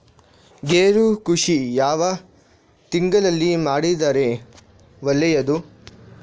ಗೇರು ಕೃಷಿ ಯಾವ ತಿಂಗಳಲ್ಲಿ ಮಾಡಿದರೆ ಒಳ್ಳೆಯದು?